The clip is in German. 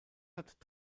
hat